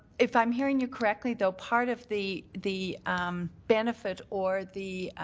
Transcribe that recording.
if i'm hearing you correctly, though, part of the the um benefit or the